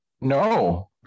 No